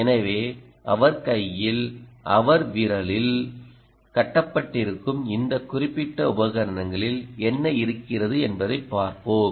எனவேஅவர் கையில் அவர் விரலில் கட்டப்பட்டிருக்கும் இந்த குறிப்பிட்ட உபகரணங்களில் என்ன இருக்கிறது என்பதைப் பார்ப்போம்